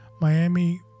Miami